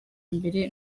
mbere